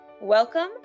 Welcome